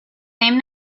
name